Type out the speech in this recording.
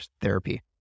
therapy